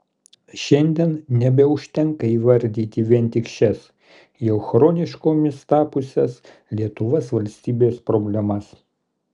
šiandien nebeužtenka įvardyti vien tik šias jau chroniškomis tapusias lietuvos valstybės problemas